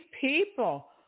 people